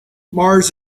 mars